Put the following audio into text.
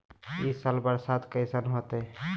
ई साल बरसात कैसन होतय?